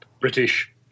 British